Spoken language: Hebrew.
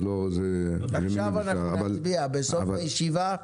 עכשיו אנחנו נצביע בסוף הישיבה.